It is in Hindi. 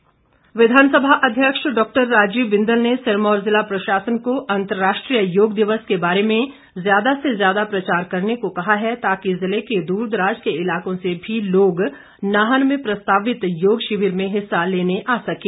बिंदल विधानसभा अध्यक्ष डॉक्टर राजीव बिंदल ने सिरमौर ज़िला प्रशासन को अंतर्राष्ट्रीय योग दिवस के बारे में ज्यादा से ज्यादा प्रचार करने को कहा है ताकि जिले के दूरदराज के इलाकों से भी लोग नाहन में प्रस्तावित योग शिविर में हिस्सा लेने आ सकें